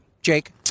Jake